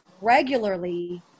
regularly